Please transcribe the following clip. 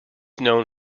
known